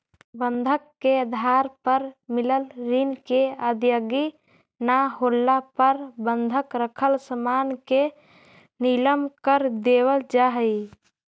बंधक के आधार पर मिलल ऋण के अदायगी न होला पर बंधक रखल सामान के नीलम कर देवल जा हई